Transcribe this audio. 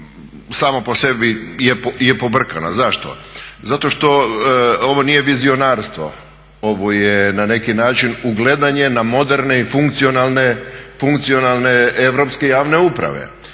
samo po sebi je pobrkana. Zašto? Zato što ovo nije vizionarstvo, ovo je na neki način ugledanje na moderne i funkcionalne europske javne uprave.